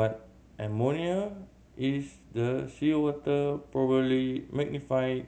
but ammonia is the seawater probably magnified